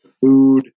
food